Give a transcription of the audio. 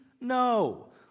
No